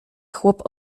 chłop